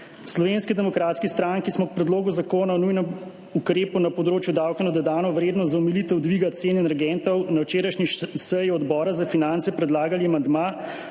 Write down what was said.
Slovenski demokratski stranki smo k Predlogu zakona o nujnem ukrepu na področju davka na dodano vrednost za omilitev dviga cen energentov na včerajšnji seji Odbora za finance predlagali amandma,